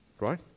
right